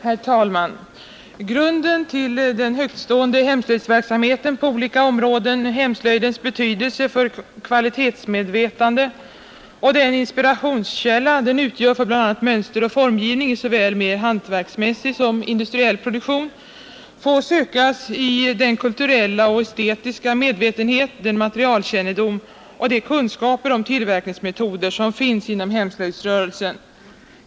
Herr talman! Grunden till den högtstående hemslöjdsverksamheten på olika områden, hemslöjdens betydelse för kvalitetsmedvetande och den inspirationskälla den utgör för bl.a. mönsteroch formgivning i såväl mer hantverksmässig som industriell produktion får sökas i den kulturella och estetiska medvetenhet, den materialkännedom och de kunskaper om tillverkningsmetoder som finns inom hemslöjdsrörelsen.